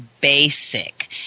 basic